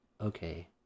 Okay